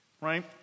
right